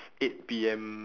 eight P_M